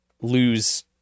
lose